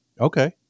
Okay